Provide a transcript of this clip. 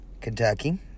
Kentucky